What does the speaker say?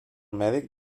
mèdic